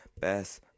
Best